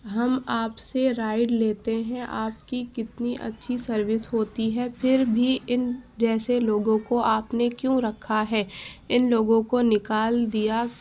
ہم آپ سے رائڈ لیتے ہیں آپ کی کتنی اچھی سروس ہوتی ہے پھر بھی ان جیسے لوگوں کو آپ نے کیوں رکھا ہے ان لوگوں کو نکال دیا